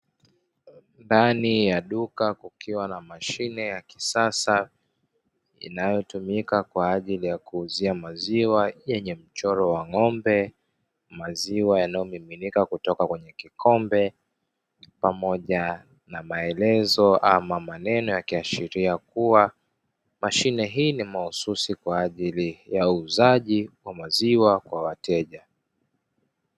Ndani ya duka kukiwa na mashine ya kisasa, inayotumika kwa ajili ya kuuzia maziwa yenye mchoro wa ng'ombe, maziwa yanayomiminika kutoka kwenye kikombe pamoja na maelezo ama maneno; yanayoashiria kuwa mashine hii ni mahususi kwa ajili ya uuzaji wa maziwa kwa wateja.